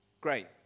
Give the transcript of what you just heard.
great